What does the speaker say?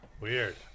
Weird